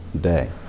day